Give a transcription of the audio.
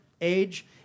age